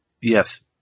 Yes